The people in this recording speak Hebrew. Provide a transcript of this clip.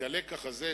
את הלקח הזה,